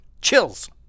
chills